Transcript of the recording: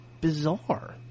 bizarre